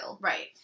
right